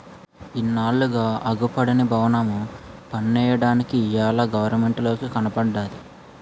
ఇన్నాళ్లుగా అగుపడని బవనము పన్నెయ్యడానికి ఇయ్యాల గవరమెంటోలికి కనబడ్డాది